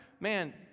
man